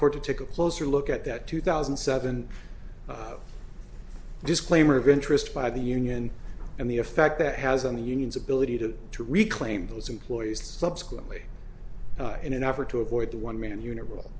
court to take a closer look at that two thousand and seven disclaimer of interest by the union and the effect that has on the union's ability to to reclaim those employees subsequently in an effort to avoid the one man unit will